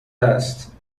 است